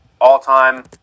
all-time